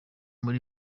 kuri